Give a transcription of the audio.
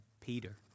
Peter